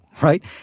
right